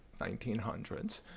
1900s